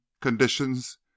conditions